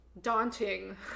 daunting